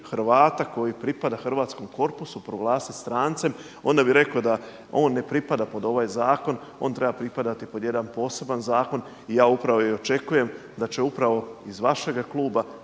Hrvata koji pripada hrvatskom korpusu proglasiti strancem onda bi rekao da on ne pripada pod ovaj zakon, on treba pripadati pod jedan poseban zakon i ja upravo i očekujem da će upravo iz vašega kluba